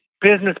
business